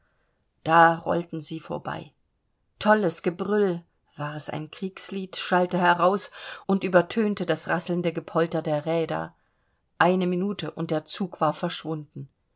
da rollten sie vorbei tolles gebrüll war es ein kriegslied schallte heraus und übertönte das rasselnde gepolter der räder eine minute und der zug war verschwunden